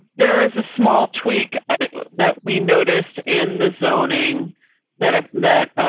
there was a small tweak that we noticed in the zoning that if that.